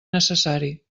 necessari